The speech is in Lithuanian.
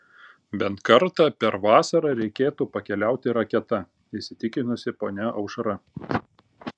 bent kartą per vasarą reikėtų pakeliauti raketa įsitikinusi ponia aušra